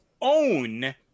own